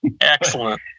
Excellent